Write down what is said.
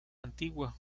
antigua